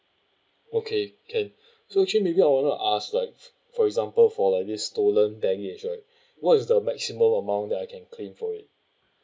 okay can so actually maybe I want to ask like for example for like this stolen baggage right what is the maximum amount that I can claim for it